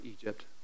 Egypt